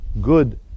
good